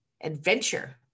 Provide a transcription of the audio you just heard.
adventure